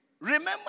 remember